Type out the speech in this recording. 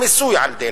המיסוי על דלק,